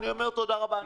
אני אומר: תודה רבה,